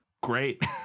Great